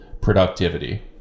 productivity